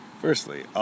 Firstly